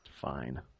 Fine